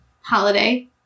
holiday